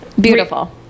beautiful